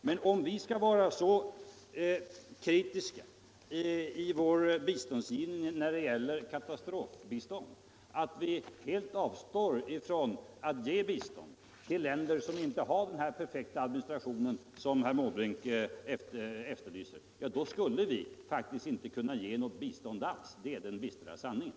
Men om vi skall vara så kritiska i vår biståndsgivning när det gäller katastrofbistånd att vi helt avstår från att ge bistånd till länder som inte har den perfekta administration som herr Måbrink efterlyste, då skulle vi faktiskt inte kunna ge något bistånd alls. Det är den bistra sanningen.